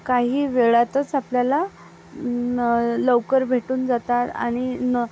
काही वेळातच आपल्याला लवकर भेटून जातात आणि